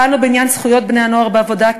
פעלנו בעניין זכויות בני-הנוער בעבודה,